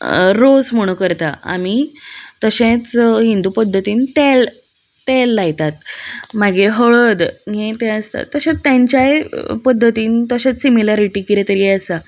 रोस म्हणू करता आमी तशेंच हिंदू पद्दतीन तेल तेल लायतात मागीर हळद हें तें आसता तशें तेंच्याय पद्दतीन तशेंत सिमलरिटी किदें तरी आसा